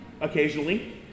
occasionally